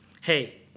Hey